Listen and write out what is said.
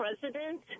president